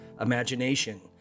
imagination